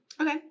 Okay